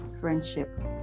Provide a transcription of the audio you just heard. friendship